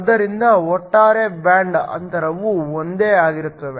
ಆದ್ದರಿಂದ ಒಟ್ಟಾರೆ ಬ್ಯಾಂಡ್ ಅಂತರವು ಒಂದೇ ಆಗಿರುತ್ತದೆ